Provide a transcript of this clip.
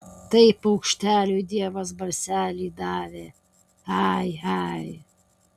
tai paukšteliui dievas balselį davė ai ai